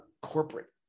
corporate